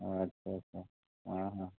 আচ্ছা আচ্ছা অঁ অঁ